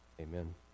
amen